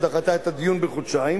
והיא דחתה את הדיון בחודשיים.